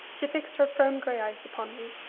she fixed her firm, grey eyes upon me